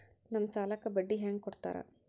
ನಮ್ ಸಾಲಕ್ ಬಡ್ಡಿ ಹ್ಯಾಂಗ ಕೊಡ್ತಾರ?